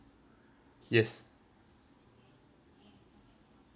yes